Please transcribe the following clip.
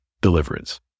deliverance